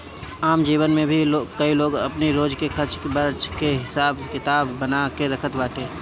आम जीवन में भी कई लोग अपनी रोज के खर्च वर्च के हिसाब किताब बना के रखत बाटे